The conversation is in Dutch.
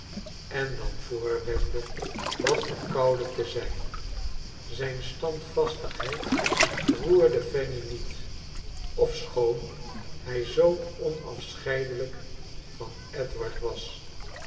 en dan voorwendde wat verkouden te zijn zijn standvastigheid roerde fanny niet ofschoon hij zoo onafscheidelijk van edward was